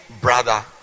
brother